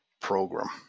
program